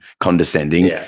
condescending